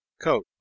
coat